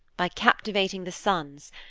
by captivating the sons,